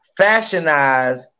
fashionize